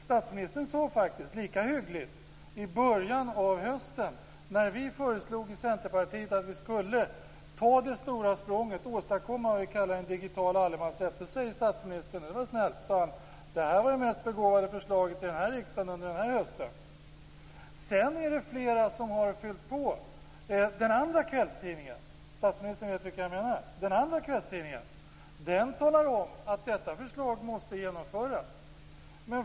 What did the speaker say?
Statsministern sade faktiskt, lika hyggligt, i början av hösten, när vi i Centerpartiet föreslog att vi skulle ta det stora språnget och åstadkomma vad vi kallar en digital allemansrätt, att det var det mest begåvade förslaget i riksdagen under den här hösten. Sedan är det flera som har fyllt på. Den andra kvällstidningen talar om att detta förslag måste genomföras.